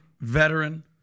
veteran